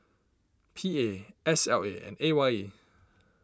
P A S L A and A Y E